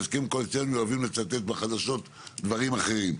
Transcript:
בהסכם קואליציוני אוהבים לצטט בחדשות דברים אחרים.